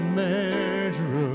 measure